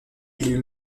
élu